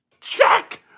check